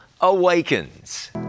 Awakens